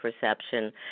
perception